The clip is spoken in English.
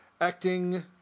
acting